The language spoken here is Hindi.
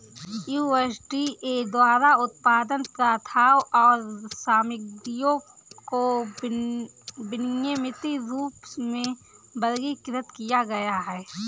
यू.एस.डी.ए द्वारा उत्पादन प्रथाओं और सामग्रियों को विनियमित रूप में वर्गीकृत किया गया है